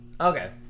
Okay